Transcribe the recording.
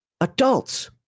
Adults